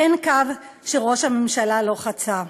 אין קו שראש הממשלה לא חצה,